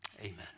Amen